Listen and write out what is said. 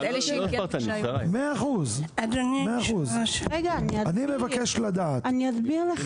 100%. אני אסביר לך.